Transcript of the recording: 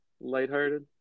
lighthearted